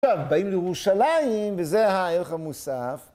עכשיו, באים לירושלים, וזה הערך המוסף.